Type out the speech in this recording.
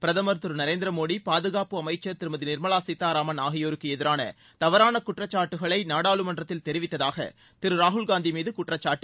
பிரதமர் திரு நரேந்திரமோடி பாதுகாப்பு அமைச்சர் திருமதி நிர்மலா சீத்தாராமன் ஆகியோருக்கு எதிராள தவறான குற்றச்சாட்டுக்களை நாடாளுமன்றத்தில் தெரிவித்ததாக திரு ராகுல் காந்தி மீது குற்றச்சாட்டு